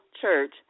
church